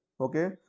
Okay